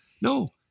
no